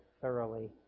thoroughly